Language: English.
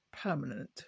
permanent